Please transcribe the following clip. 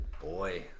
boy